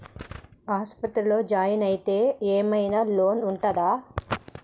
ఆస్పత్రి లో జాయిన్ అయితే ఏం ఐనా లోన్ ఉంటదా?